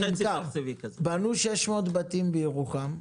בנו 600 בתים בירוחם,